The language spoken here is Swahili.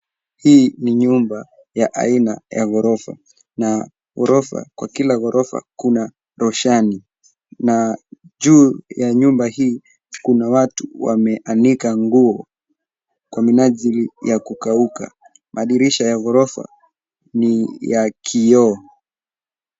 Hii ni nyumba ya aina ya ghorofa na ghorofa kwa kila ghorofa kuna roshani na juu ya nyumba hii kuna watu wameanika nguo kwa minajili ya kukauka. Madirisha ya ghorofa ni ya kioo.